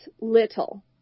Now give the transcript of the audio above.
little